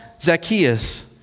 Zacchaeus